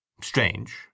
Strange